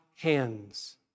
hands